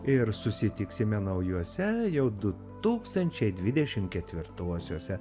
ir susitiksime naujuose jau du tūkstančiai dvidešim ketvirtuosiuose